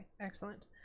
excellent